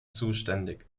zuständig